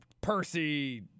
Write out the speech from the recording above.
Percy